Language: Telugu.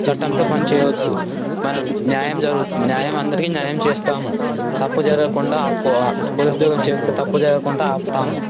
చట్టంతో పనిచేయవచ్చు మనం న్యాయం జరుగుతుంది న్యాయం అందరికీ న్యాయం చేస్తాము తప్పు జరగకుండా ఆపుకో పోలీస్ ఉద్యోగం చేస్తే తప్పు జరగకుండా ఆపుతాము